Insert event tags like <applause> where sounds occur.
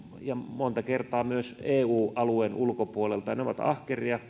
ja monta kertaa myös eu alueen ulkopuolelta he ovat ahkeria <unintelligible>